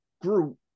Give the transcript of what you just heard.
group